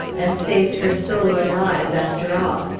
and saved her soul alive, after all.